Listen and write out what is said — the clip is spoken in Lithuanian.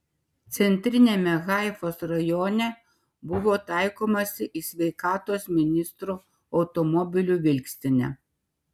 centriniame haifos rajone buvo taikomasi į sveikatos ministro automobilių vilkstinę